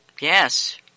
Yes